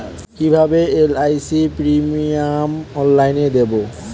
কিভাবে LIC premium অনলাইনে দেবো?